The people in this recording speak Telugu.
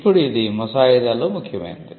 ఇప్పుడు ఇది ముసాయిదాలో ముఖ్యమైనది